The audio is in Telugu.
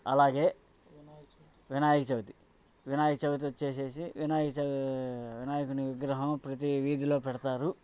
అలాగే వినాయక చవితి వినాయక చవితి వచ్చి వినాయకుని విగ్రహాం ప్రతి వీధిలో పెడతారు